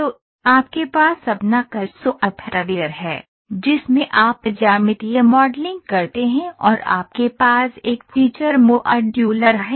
तो आपके पास अपना कैड़ सॉफ्टवेयर है जिसमें आप ज्यामितीय मॉडलिंग करते हैं और आपके पास एक फीचर मॉड्यूलर है